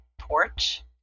porch